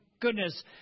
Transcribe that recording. goodness